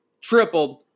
tripled